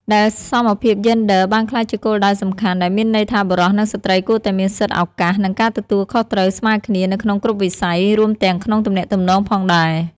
ដែលសមភាពយេនឌ័របានក្លាយជាគោលដៅសំខាន់ ដែលមានន័យថាបុរស និងស្ត្រីគួរតែមាន សិទ្ធិ ឱកាស និងការទទួលខុសត្រូវស្មើគ្នា នៅក្នុងគ្រប់វិស័យ រួមទាំងក្នុងទំនាក់ទំនងផងដែរ។